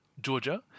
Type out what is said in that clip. Georgia